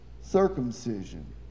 circumcision